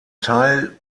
teil